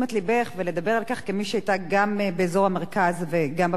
ולדבר על כך שכמי שהיתה גם באזור המרכז וגם בפריפריה,